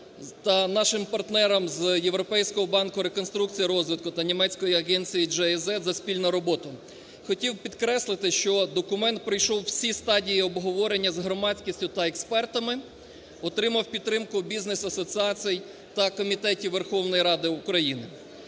нашим партнерам з Європейського банку з реконструкції, розвитку та німецької агенції GIZ за спільну роботу. Хотів підкреслити, що документ пройшов всі стадії обговорення з громадськістю та експертами, отримав підтримку у бізнес-асоціацій та комітетів Верховної Ради України.